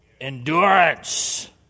endurance